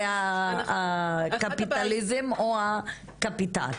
זה הקפיטליזם או הקפיטל.